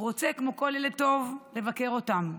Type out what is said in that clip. הוא רוצה, כמו כל ילד טוב, לבקר אותם.